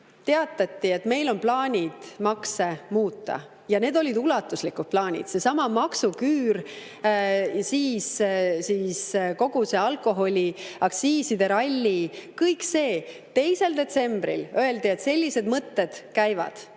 teatati, et meil on plaanid makse muuta. Ja need olid ulatuslikud plaanid: seesama maksuküür, siis kogu see alkoholiaktsiiside ralli – kõik see. 2. detsembril öeldi, et sellised mõtted käivad.